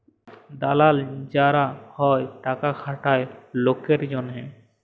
দালাল যারা হ্যয় টাকা খাটায় লকের জনহে